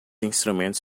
instrumentos